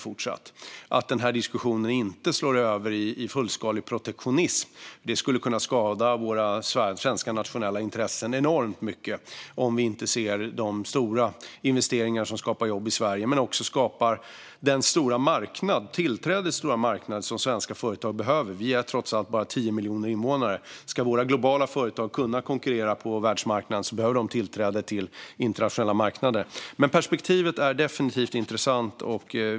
Det gäller att diskussionen inte slår över i fullskalig protektionism. Det skulle kunna skada våra svenska nationella intressen enormt mycket om vi inte ser de stora investeringar som skapar jobb i Sverige och också tillträde till den stora marknad som svenska företag behöver. Vi är trots allt bara 10 miljoner invånare. Ska våra globala företag kunna konkurrera på världsmarknaden behöver de tillträde till internationella marknader. Perspektivet är definitivt intressant.